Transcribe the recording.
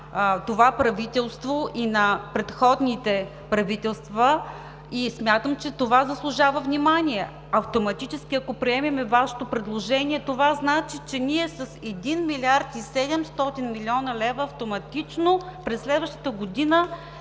това правителство и на предходните правителства. Смятам, че това заслужава внимание. Ако приемем Вашето предложение, това значи, че ние с 1 млрд. и 700 млн. лв. автоматично през следващата година